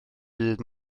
byd